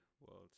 World